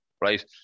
right